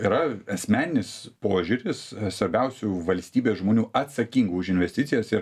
yra asmeninis požiūris svarbiausių valstybės žmonių atsakingų už investicijas ir